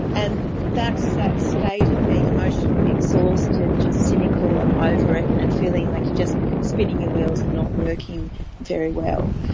and that's that state of being emotionally exhausted, just cynical and over it and feeling like you're just spinning your wheels and not working very well.